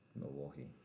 Milwaukee